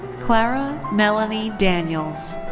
clara melanie daniels.